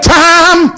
time